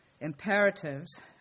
imperatives